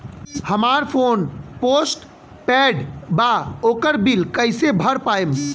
हमार phone postpaid बा ओकर बिल कईसे भर पाएम?